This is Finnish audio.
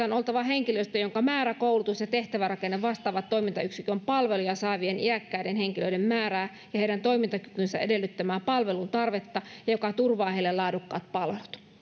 on oltava henkilöstö jonka määrä koulutus ja tehtävärakenne vastaavat toimintayksikön palveluja saavien iäkkäiden henkilöiden määrää ja heidän toimintakykynsä edellyttämää palvelun tarvetta ja joka turvaa heille laadukkaat palvelut